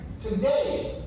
today